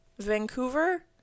Vancouver